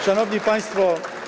Szanowni Państwo!